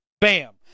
Bam